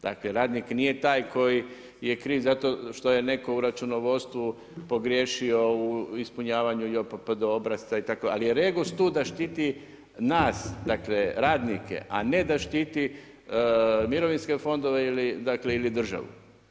Dakle, radnik nije taj koji je kriv zato što je netko u računovodstvu pogriješio u ispunjavanju JOPPD obrasca itd., ali je REGOS tu da štiti nas, dakle radnike a ne da štiti mirovinske fondove ili državu.